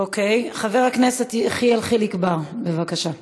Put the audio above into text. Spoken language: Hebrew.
חבר הכנסת יחיאל חיליק בר, בבקשה,